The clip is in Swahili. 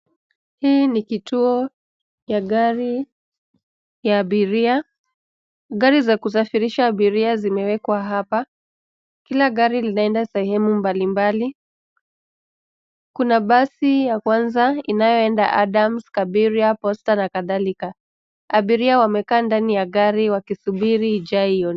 Hii ni kituo ya gari ya abiria, gari za kusafirisha abiria zimewekwa hapa, kila gari linaenda sehemu mbalimbali, kuna basi ya kwanza inayoenda (cs) Adams (cs), (cs) Kabiria(cs),(cs) Poster(cs) na Kadhalika, abiria wamekaa ndani ya gari wakisubiri ijae iondoke.